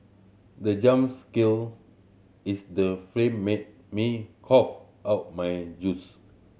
the jump skill is the film made me cough out my juice